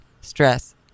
stress